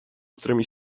którymi